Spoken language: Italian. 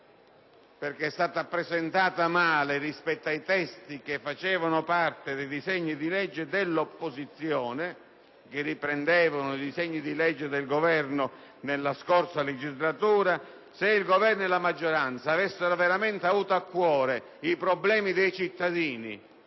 quanto è stata formulata male rispetto alle previsioni contenute nei testi dei disegni di legge dell'opposizione, che riprendevano disegni di legge del Governo della scorsa legislatura. Se il Governo e la maggioranza avessero veramente avuto a cuore i problemi dei cittadini